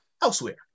Elsewhere